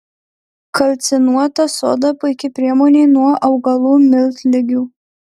kalcinuota soda puiki priemonė nuo augalų miltligių